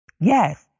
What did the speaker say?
Yes